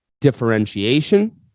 differentiation